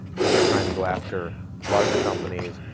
if you're trying to go after larger companies,